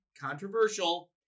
controversial